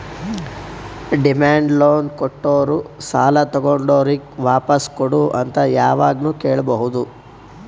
demand loan ಕೊಟ್ಟೋರು ಸಾಲ ತಗೊಂಡೋರಿಗ್ ವಾಪಾಸ್ ಕೊಡು ಅಂತ್ ಯಾವಾಗ್ನು ಕೇಳ್ಬಹುದ್